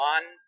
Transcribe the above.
One